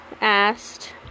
asked